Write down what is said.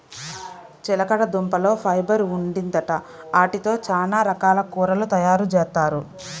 చిలకడదుంపల్లో ఫైబర్ ఉండిద్దంట, యీటితో చానా రకాల కూరలు తయారుజేత్తారు